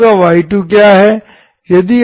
तो आपका y2 क्या है